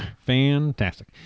fantastic